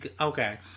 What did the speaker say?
okay